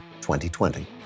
2020